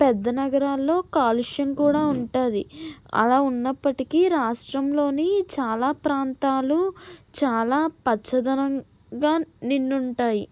పెద్ద నగరాల్లో కాలుష్యం కూడా ఉంటుంది అలా ఉన్నప్పటికీ రాష్ట్రంలోని చాలా ప్రాంతాలు చాలా పచ్చదనంగా నిండి ఉంటాయి